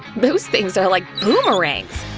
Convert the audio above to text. those things are like boomerangs!